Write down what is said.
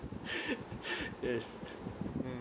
yes mm